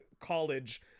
college